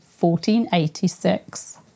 1486